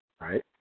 right